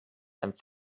and